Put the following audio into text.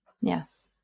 Yes